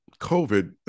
COVID